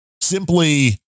simply